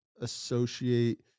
associate